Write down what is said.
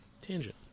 tangent